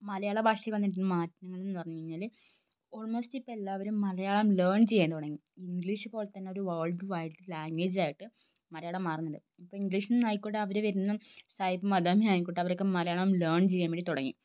മലയാള ഭാഷ വന്നിരിക്കുന്ന മാറ്റം എന്നു പറഞ്ഞു കഴിഞ്ഞാൽ ഓൾമോസ്റ്റ് ഇപ്പം എല്ലാവരും മലയാളം ലേൺ ചെയ്യാൻ തുടങ്ങി ഇംഗ്ലീഷ് പോലെ തന്നെ ഒരു വോൾഡ് വൈഡ് ലാംഗ്വേജ് ആയിട്ട് മലയാളം മാറുന്നുണ്ട് ഇപ്പം ഇംഗ്ലീഷ് എന്നായിക്കോട്ടെ അവർ വരുന്ന സായിപ്പ് മദാമ്മയും ആയിക്കോട്ടെ അവരൊക്കെ മലയാളം ലേൺ ചെയ്യാൻ വേണ്ടി തുടങ്ങി